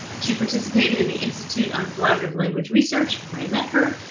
she participated in the institute on collaborative language research, where i met her,